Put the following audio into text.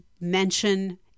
mention